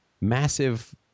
massive